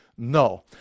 No